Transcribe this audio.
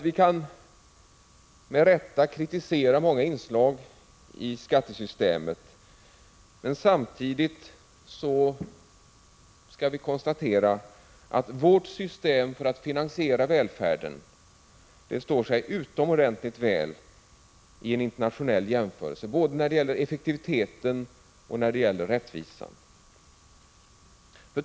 Vi kan med rätta kritisera många inslag i skattesystemet, men samtidigt kan vi konstatera att vårt system för att finansiera välfärden står sig utomordentligt väl vid en internationell jämförelse, både när det gäller effektivitet och när det gäller rättvisa.